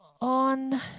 on